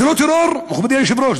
זה לא טרור, מכובדי היושב-ראש?